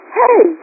hey